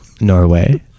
Norway